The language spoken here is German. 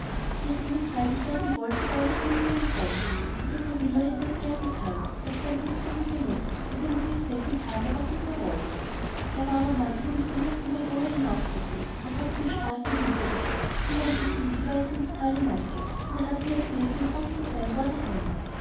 sie hätte nun freilich gern gewollt die beiden blieben bei ihr im häuschen und der trevillo hätte es gern getan er konnte es gut mit der mutter und dem marie seppli tat er was es nur wollte er war aber manchmal mit ihm nach dem maloja hinaufspaziert und hatte die straße hinuntergeschaut die man so sieht wie sie weit ins tal hinabgeht und er hatte ihr erzählt wie es unten sei wo er daheim war